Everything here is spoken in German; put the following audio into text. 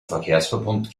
verkehrsverbund